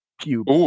cube